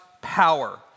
power